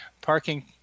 parking